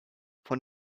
von